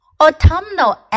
Autumnal